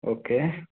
okay